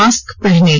mask पहनें